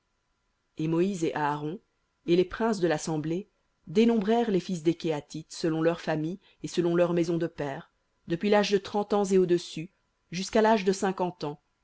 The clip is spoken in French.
et moïse et aaron et les princes de l'assemblée dénombrèrent les fils des kehathites selon leurs familles et selon leurs maisons de pères depuis l'âge de trente ans et au-dessus jusqu'à l'âge de cinquante ans